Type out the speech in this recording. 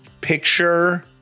picture